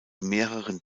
mehreren